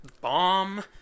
bomb